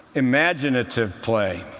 imaginative play.